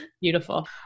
beautiful